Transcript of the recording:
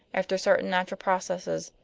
after certain natural processes,